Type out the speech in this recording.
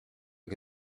che